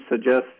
suggest